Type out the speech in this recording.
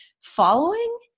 following